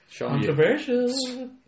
Controversial